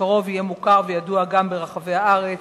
בקרוב יהיה מוכר וידוע גם ברחבי הארץ,